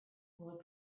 will